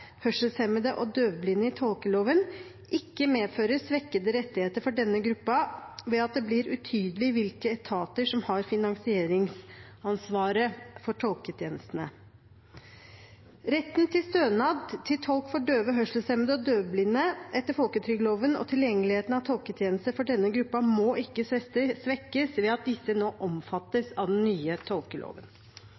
hørselshemmede og døvblinde i tolkeloven ikke medfører svekkede rettigheter for denne gruppen ved at det blir utydelig hvilke etater som har finansieringsansvaret for tolketjenestene. Retten til stønad til tolk for døve, hørselshemmede og døvblinde etter folketrygdloven og tilgjengeligheten av tolketjenester for denne gruppen må ikke svekkes ved at disse nå